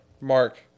Mark